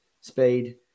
speed